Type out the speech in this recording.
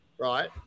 right